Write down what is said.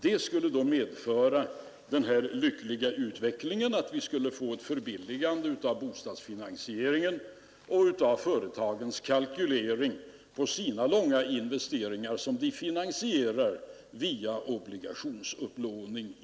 Det skulle då medföra den lyckliga utvecklingen att vi skulle få ett förbilligande av bostadsfinansieringen och av företagens långfristiga investeringar, som de i allmänhet finansierar genom obligationsupplåning.